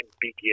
begin